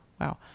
Wow